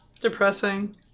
Depressing